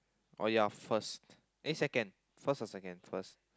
oh you're first eh second first or second first